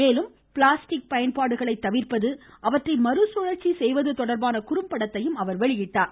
மேலும் பிளாஸ்டிக் பயன்பாடுகளை தவிர்ப்பது அவற்றை மறுசுழற்சி செய்வது தொடர்பான குறும்படத்தையும் அவர் வெளியிட்டார்